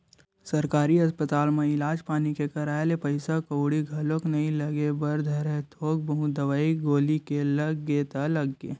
सरकारी अस्पताल म इलाज पानी के कराए ले पइसा कउड़ी घलोक नइ लगे बर धरय थोक बहुत दवई गोली के लग गे ता लग गे